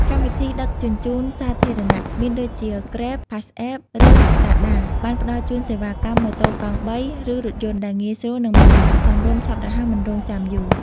កម្មវិធីដឹកជញ្ជូនសាធារណៈមានដូចជា គ្រេប (Grab) ផាសអេប (Passapp) ឬតាដា (Tada) បានផ្តល់ជូនសេវាកម្មម៉ូតូកង់បី ឬរថយន្ត ដែលងាយស្រួល និងមានតម្លៃសមរម្យ ឆាប់រហ័សមិនរង់ចាំយូរ។